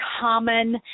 common